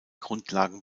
grundlagen